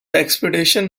expedition